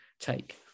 take